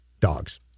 dogs